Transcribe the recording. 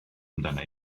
amdana